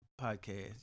podcast